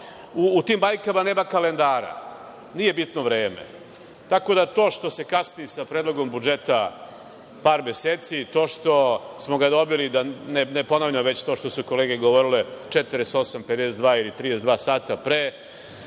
tim bajkama nema kalendara, nije bitno vreme. To što se kasni sa Predlogom budžeta par meseci, to što smo ga dobili, da ne ponavljam ono što su kolege govorile, 48, 52 ili 32 sata pre,